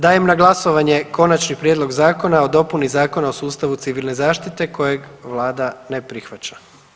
Dajem na glasovanje Konačni prijedlog zakona o dopuni Zakona o sustavu civilne zaštite kojeg Vlada ne prihvaća.